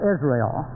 Israel